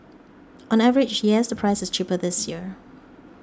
on average yes the price is cheaper this year